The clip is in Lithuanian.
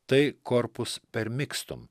tai corpuspermikstum